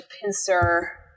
pincer